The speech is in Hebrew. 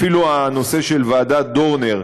אפילו הנושא של ועדת דורנר,